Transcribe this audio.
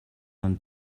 хүн